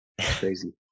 crazy